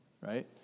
Right